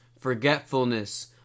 forgetfulness